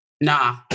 nah